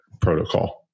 protocol